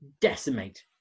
decimate